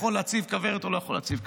יכול להציב כוורת או לא יכול להציב כוורת?